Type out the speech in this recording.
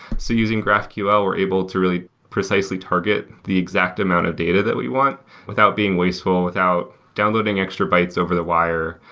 so using graphql, we're able to really precisely target the exact amount of data that we want without being wasteful, and without downloading extra bytes over the wire,